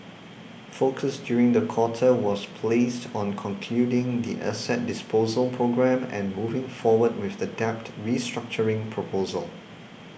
focus during the quarter was placed on concluding the asset disposal programme and moving forward with the debt restructuring proposal